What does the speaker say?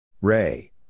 Ray